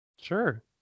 Sure